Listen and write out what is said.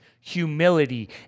humility